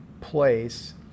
place